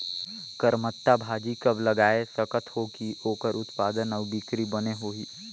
करमत्ता भाजी कब लगाय सकत हो कि ओकर उत्पादन अउ बिक्री बने होही?